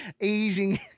easing